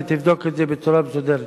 ותבדוק את זה בצורה מסודרת.